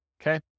okay